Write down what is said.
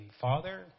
father